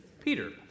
Peter